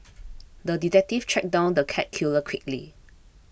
the detective tracked down the cat killer quickly